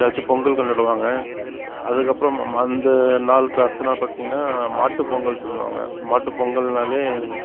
இதெல்லாம் வச்சு பொங்கல் கொண்டாடுவாங்க அதுக்கப்புறம் அந்த நாளுக்கு அடுத்த நாள் பார்த்திங்கனா மாட்டு பொங்கல் சொல்வாங்க மாட்டு பொங்கல்னால்